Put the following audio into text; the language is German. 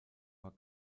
war